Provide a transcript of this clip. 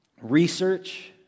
research